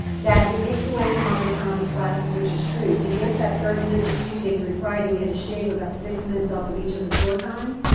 that it takes away from other time of classes, which is true to get that thirty minutes, tuesday through friday, we had to shave about six minutes off of each of the core times,